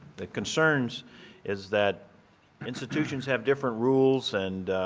the concerns is that institutions have different rules and